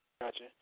Gotcha